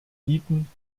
bieten